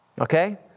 Okay